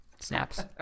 Snaps